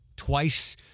twice